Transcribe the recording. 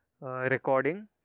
recording